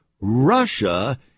Russia